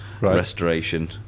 restoration